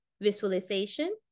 visualization